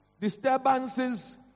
disturbances